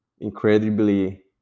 incredibly